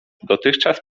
dotychczas